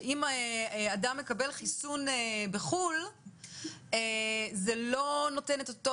שאם אדם מקבל חיסון בחו"ל זה לא נותן את אותו